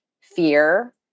fear